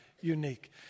unique